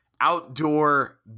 outdoor